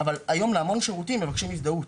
היום להמון שירותים מבקשים הזדהות,